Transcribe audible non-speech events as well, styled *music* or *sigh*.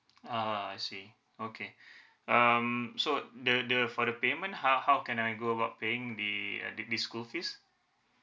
uh I see okay *breath* um so the the for the payment how how can I go about paying the uh the the schools fees